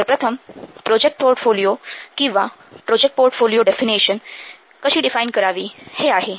तर प्रथम project portfolio किंवा प्रोजेक्ट पोर्टफोलिओ डेफिनिशन कशी डिफाइन करावी हे आहे